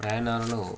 ప్రయాణాలలో